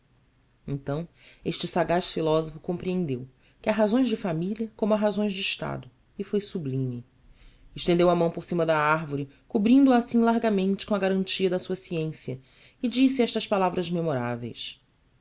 então este sagaz filósofo compreendeu que há razões de família como há razões de estado e foi sublime estendeu a mão por cima da árvore cobrindo a assim largamente com a garantia da sua ciência e disse estas palavras memoráveis